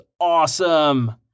awesome